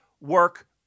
work